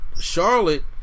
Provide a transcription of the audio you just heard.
Charlotte